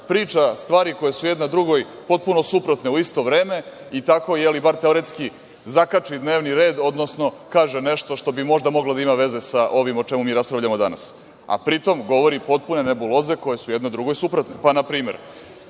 priča stvari koje su jedna drugoj potpuno suprotne u isto vreme i tako, bar teoretski, zakači dnevni red, odnosno, kaže nešto što bi možda moglo da ima veze sa ovim o čemu mi raspravljamo danas, a pritom govori potpune nebuloze koje su jedna drugoj suprotne. Na primer,